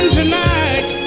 tonight